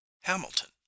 Hamilton